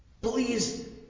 Please